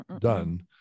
done